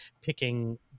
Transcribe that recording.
picking